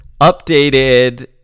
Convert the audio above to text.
updated